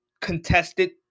contested